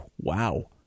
Wow